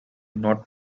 not